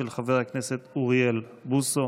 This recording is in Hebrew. של חבר הכנסת אוריאל בוסו.